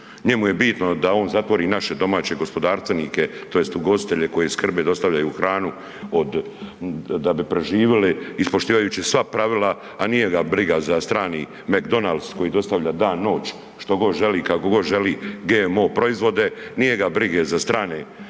njemu je bitno da on zatvori naše domaće gospodarstvenike tj. ugostitelje koji skrbe i dostavljaju hranu, od, da bi preživjeli, ispoštivajući sva pravila, a nije ga briga što brani McDonalds koji dostavlja dan noć, što god želi i kako god želi GMO proizvode, nije ga brige za strane